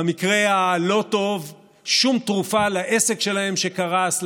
במקרה הלא-טוב שום תרופה לעסק שלהם שקרס,